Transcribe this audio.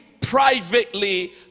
privately